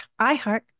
iHeart